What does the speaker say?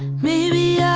maybe yeah